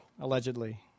allegedly